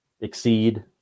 exceed